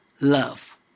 love